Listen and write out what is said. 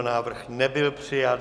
Návrh nebyl přijat.